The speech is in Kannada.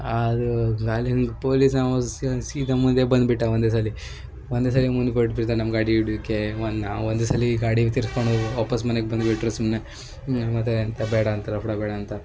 ಅದು ಗಾಲಿ ಹಿಂದೆ ಪೊಲೀಸ್ನವನು ಸೀದಾ ಸೀದಾ ಮುಂದೆ ಬಂದುಬಿಟ್ಟ ಒಂದೇ ಸಲ ಒಂದೇ ಸಲ ಮುಂದೆ ಕೊಟ್ಟು ಬಿಡ್ತ ನಮ್ಮ ಗಾಡಿ ಹಿಡ್ಯುಕೆ ಒನ್ ನಾವು ಒಂದೇ ಸಲ ಗಾಡಿ ತಿರ್ಸ್ಕೊಂಡು ಹೋಗು ವಾಪಸ್ ಮನಿಗೆ ಬಂದು ಬಿಟ್ಟರು ಸುಮ್ಮನೆ ನ ಮತ್ತೆ ಎಂತ ಬೇಡ ಅಂತ ಲಫ್ಡ ಬೇಡ ಅಂತ